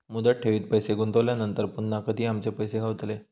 मुदत ठेवीत पैसे गुंतवल्यानंतर पुन्हा कधी आमचे पैसे गावतले?